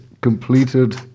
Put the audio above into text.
completed